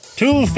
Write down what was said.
two